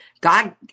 God